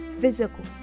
physical